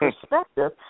perspective